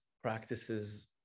Practices